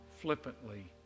flippantly